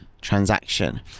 transaction